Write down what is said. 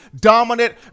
dominant